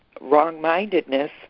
wrong-mindedness